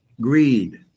greed